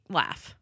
laugh